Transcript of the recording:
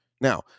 Now